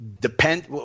Depend